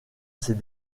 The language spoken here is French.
ses